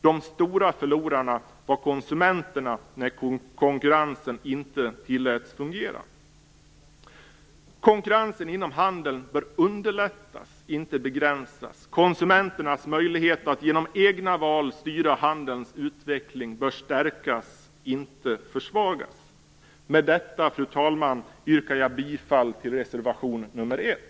De stora förlorarna var konsumenterna när konkurrensen inte tilläts fungera. Konkurrensen inom handeln bör underlättas, inte begränsas. Konsumenternas möjlighet att genom egna val styra handelns utveckling bör stärkas, inte försvagas. Med detta, fru talman, yrkar jag bifall till reservation nr 1.